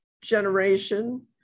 generation